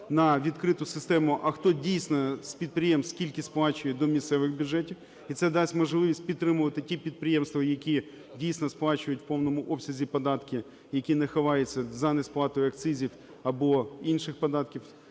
на відкриту систему, а хто дійсно з підприємств скільки сплачує до місцевих бюджетів. І це дасть можливість підтримувати ті підприємства, які дійсно сплачують в повному обсязі податки, які не ховаються за несплатою акцизів або інших податків,